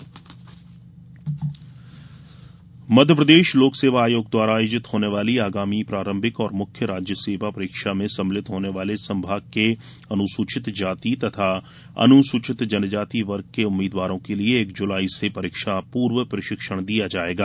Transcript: प्रशिक्षण मध्यप्रदेश लोक सेवा आयोग द्वारा आयोजित होने वाली आगामी प्रारंभिक और मुख्य राज्य सेवा परीक्षा में सम्मिलित होने वाले संभाग के अनुसूचित जाति तथा अनुसूचित जनजाति वर्ग के उम्मीदवारों के लिये एक जुलाई से परीक्षा पूर्व प्रशिक्षण दिया जायेगा